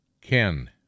Ken